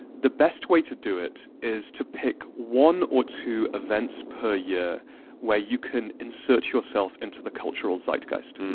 the best way to do it is to pick one or two events per year where you can insert yourself into the cultural zeitgeist.